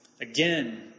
Again